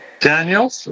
Daniel